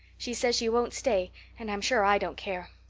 she says she won't stay and i'm sure i don't care.